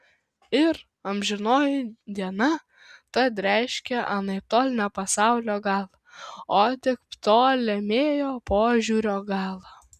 ir amžinoji diena tad reiškia anaiptol ne pasaulio galą o tik ptolemėjo požiūrio galą